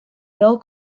bill